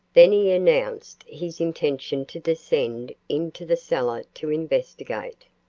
then he announced his intention to descend into the cellar to investigate.